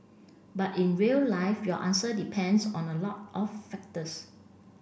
but in real life your answer depends on a lot of factors